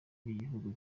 by’igihugu